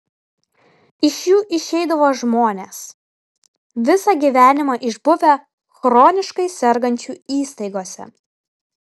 iš jų išeidavo žmonės visą gyvenimą išbuvę chroniškai sergančių įstaigose